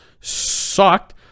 sucked